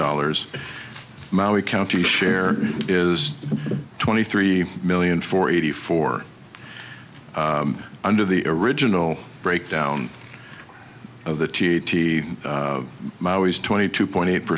dollars maui county share is twenty three million for eighty four under the original breakdown of the t t my always twenty two point eight